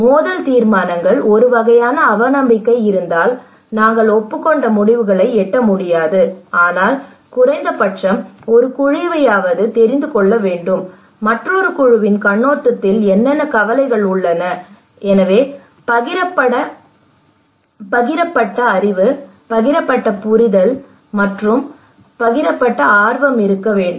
மோதல் தீர்மானங்கள் ஒரு வகையான அவநம்பிக்கை இருந்தால் நாங்கள் ஒப்புக்கொண்ட முடிவுகளை எட்ட முடியாது ஆனால் குறைந்தபட்சம் ஒரு குழுவையாவது தெரிந்து கொள்ள வேண்டும் மற்றொரு குழுவின் கண்ணோட்டத்தில் என்னென்ன கவலைகள் உள்ளன எனவே பகிரப்பட்ட அறிவு பகிரப்பட்ட புரிதல் மற்றும் பகிரப்பட்ட ஆர்வம் இருக்க வேண்டும்